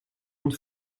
une